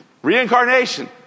Reincarnation